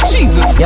Jesus